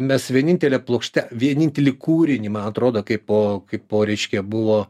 mes vienintelė plokšte vienintelį kūrinį man atrodo kaip po kaip po reiškia buvo